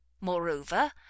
Moreover